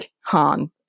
Han